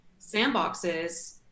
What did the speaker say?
sandboxes